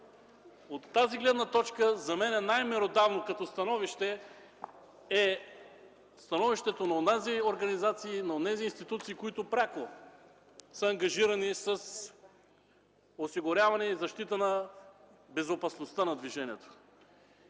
От тази гледна точка за мен най-меродавно е становището на онези организации и институции, които пряко са ангажирани с осигуряване и защита на безопасността на движението.